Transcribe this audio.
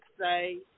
say